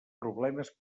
problemes